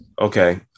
Okay